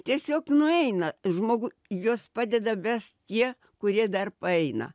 tiesiog nueina žmogų juos padeda vest tie kurie dar paeina